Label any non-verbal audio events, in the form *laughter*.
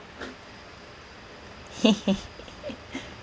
*laughs* *breath*